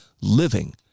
living